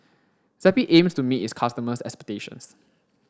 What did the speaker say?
Zappy aims to meet its customers' expectations